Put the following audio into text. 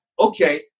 Okay